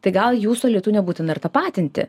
tai gal jų su elitu nebūtina ir tapatinti